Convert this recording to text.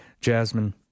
Jasmine